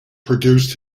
produced